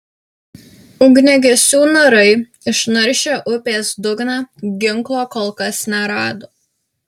ugniagesių narai išnaršę upės dugną ginklo kol kas nerado